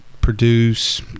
produce